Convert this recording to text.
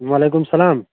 وعلیکُم السلام